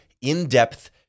in-depth